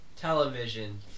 Television